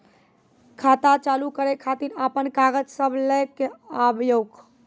खाता चालू करै खातिर आपन कागज सब लै कऽ आबयोक?